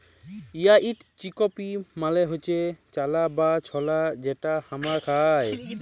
white chickpea মালে হচ্যে চালা বা ছলা যেটা হামরা খাই